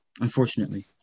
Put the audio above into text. Unfortunately